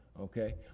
Okay